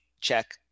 check